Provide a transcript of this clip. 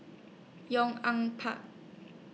Yong An Park